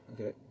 Okay